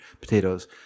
Potatoes